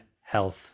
health